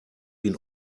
been